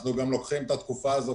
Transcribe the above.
אנחנו גם לוקחים את התקופה הזאת,